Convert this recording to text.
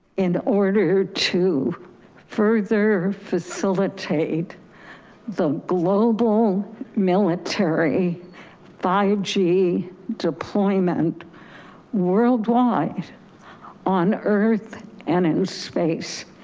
in order to further facilitate the global military five g deployment worldwide on earth and in space.